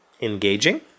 engaging